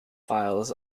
files